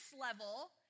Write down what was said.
level